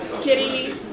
Kitty